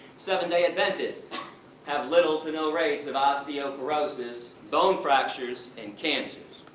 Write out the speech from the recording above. seven day adventists have little to no rates of osteoporosis, bone fractures and cancers.